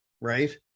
right